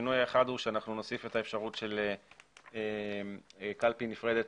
השינוי האחד הוא שנוסיף את החובה לקלפי נפרדת